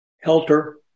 Helter